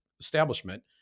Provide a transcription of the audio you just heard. Establishment